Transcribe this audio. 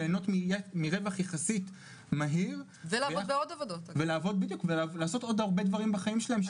ליהנות מרווח יחסית מהיר ולעשות עוד הרבה דברים בחיים שלהם,